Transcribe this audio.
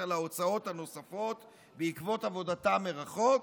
על ההוצאות הנוספות בעקבות עבודתם מרחוק